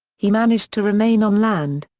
he managed to remain on land.